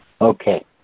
okay